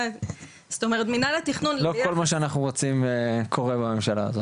זאת אומרת מינהל התכנון --- לא כל מה שאנחנו רוצים קורה בממשלה הזאת.